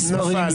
נפל.